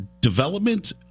development